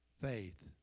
faith